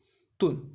炖